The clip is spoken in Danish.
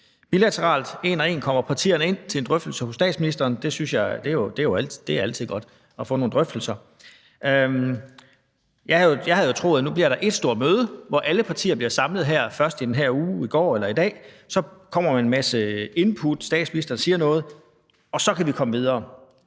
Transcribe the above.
partierne en og en kommer ind til en drøftelse hos statsministeren, og det er jo altid godt at få nogle drøftelser. Jeg havde jo troet, at vi nu skulle have ét stort møde, hvor alle partier blev samlet i begyndelsen af den her uge, enten i går eller i dag, og at der så kom en masse input, og statsministeren sagde noget, og så kunne vi komme videre.